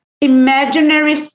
imaginary